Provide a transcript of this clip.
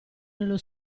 nello